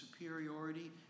superiority